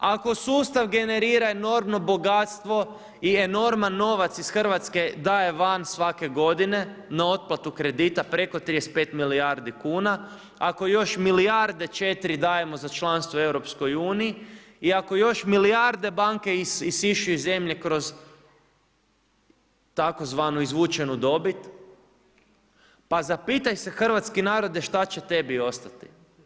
Ako su sustav generira enormno bogatstvo i enorman novac iz Hrvatske daje van svake godine na otplatu kredita preko 35 milijardi kuna, ako još milijarde 4 dajemo za članstvo u EU i ako još milijarde banke isišu iz zemlje kroz tzv. izvučenu dobit, pa zapitaj se hrvatski narode, šta će tebi ostati.